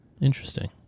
Interesting